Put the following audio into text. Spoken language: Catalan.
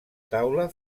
taula